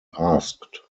asked